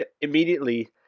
immediately